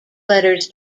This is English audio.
letters